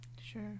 Sure